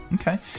Okay